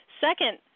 Second